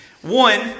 One